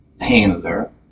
handler